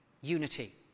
unity